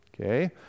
okay